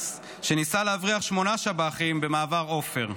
שניסה להבריח שמונה שב"חים במעבר עופר.